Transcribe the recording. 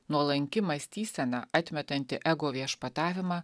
nuolanki mąstysena atmetanti ego viešpatavimą